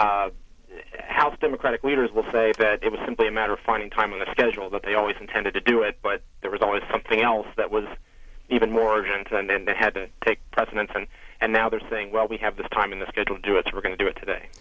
july house democratic leaders will say that it was simply a matter of finding time in the schedule that they always intended to do it but there was always something else that was even more intense and then they had to take precedence and and now they're saying well we have this time in the schedule do it's we're going to do it today